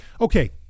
Okay